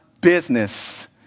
business